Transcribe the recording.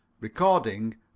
Recording